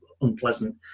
unpleasant